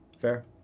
fair